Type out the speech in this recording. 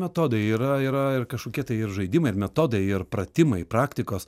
metodai yra yra ir kažkokie tai ir žaidimai ir metodai ir pratimai praktikos